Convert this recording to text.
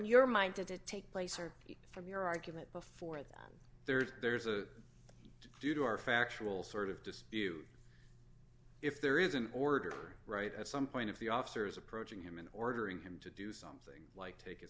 your mind did it take place or from your argument before that there's a do to our factual sort of dispute if there is an order right at some point of the officers approaching him and ordering him to do something like take